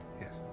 Yes